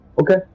Okay